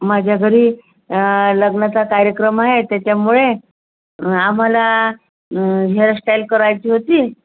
माझ्या घरी लग्नाचा कार्यक्रम आहे त्याच्यामुळे आम्हाला हेअरस्टाईल करायची होती